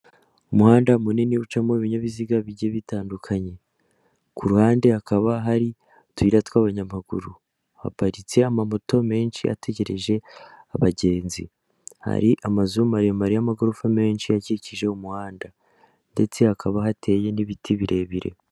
Umuhanda munini ucamo ibinyabiziga bigiye bitandukanye, ku ruhande hakaba hari utuyira tw'abanyamaguru, haparitse amamoto menshi ategereje abagenzi, hari amazu maremare y'amagorofa menshi akikije umuhanda, ndetse hakaba hateye n'ibiti birebire.